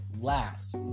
last